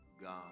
God